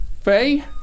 Faye